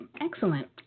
Excellent